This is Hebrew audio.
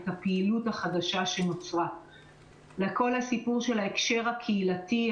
הפעילות החדשה שנוצרה לכל הסיפור של ההקשר הקהילתי,